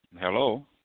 Hello